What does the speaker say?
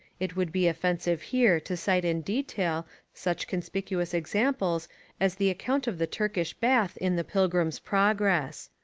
it would be offensive here to cite in detail such conspicuous examples as the account of the turkish bath in the pil grims' progress.